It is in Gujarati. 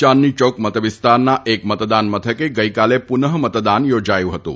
ચાંદની ચોક મતવિસ્તારના એક મતદાન મથકે ગઈકાલે પુનઃ મતદાન ચોજાથું ફતું